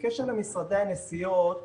בקשר למשרדי הנסיעות,